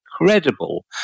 incredible